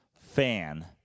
fan